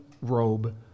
robe